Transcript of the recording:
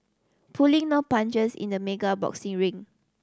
pulling no punches in the mega boxing ring